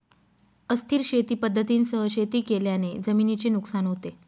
अस्थिर शेती पद्धतींसह शेती केल्याने जमिनीचे नुकसान होते